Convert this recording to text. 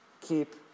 keep